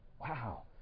Wow